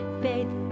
faith